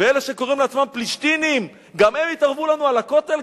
ואלה שקוראים לעצמם "פלישתינים" גם הם יתערבו לנו על הכותל?